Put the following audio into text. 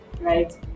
right